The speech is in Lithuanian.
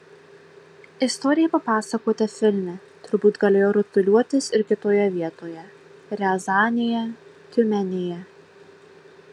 istorija papasakota filme turbūt galėjo rutuliotis ir kitoje vietoje riazanėje tiumenėje